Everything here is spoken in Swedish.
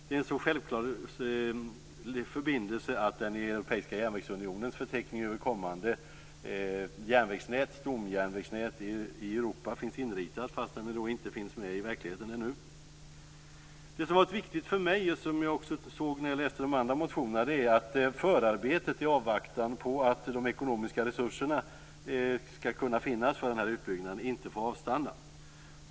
Det är en så självklar förbindelse att den finns inritad i Europeiska järnvägsunionens förteckning över kommande stomjärnvägsnät i Europa - fastän den ännu inte finns i verkligheten. Det som har varit viktigt för mig - och som framgår i de andra motionerna - är att förarbetet i avvaktan på de ekonomiska resurserna för utbyggnaden inte får avstanna.